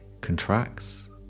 contracts